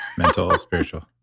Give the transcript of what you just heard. mental, spiritual?